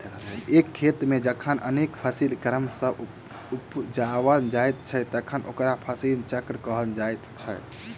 एक खेत मे जखन अनेक फसिल क्रम सॅ उपजाओल जाइत छै तखन ओकरा फसिल चक्र कहल जाइत छै